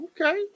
Okay